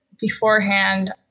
beforehand